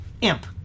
imp